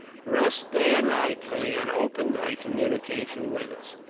rest day or night, till he had opened a communication with us.